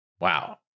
Wow